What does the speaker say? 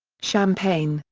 champaign,